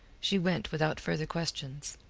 she went without further questions.